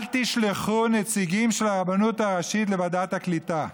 אל תשלחו נציגים של הרבנות הראשית לוועדת הקליטה.